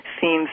seems